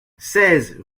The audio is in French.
seize